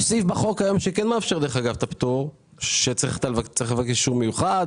היום בחוק יש סעיף שכן מאפשר את הפטור שצריך לבקש אישור מיוחד,